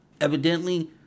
Evidently